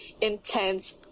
intense